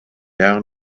down